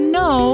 no